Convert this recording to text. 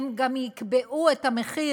הן גם יקבעו את המחיר,